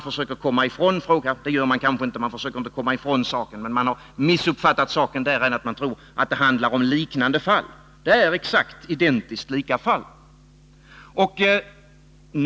Därför är det fråga om en missuppfattning, när man tror att det handlar om ”liknande fall”. Det är identiskt lika fall.